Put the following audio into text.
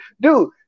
dude